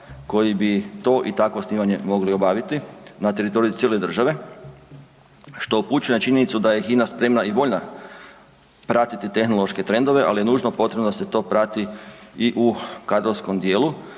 koji bi to i takvo snimanje mogli obaviti na teritoriju cijele države što upućuje na činjenicu da je HINA spremna i voljna pratiti tehnološke trendove, ali je nužno potrebno da se to prati i u kadrovskom dijelu